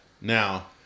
Now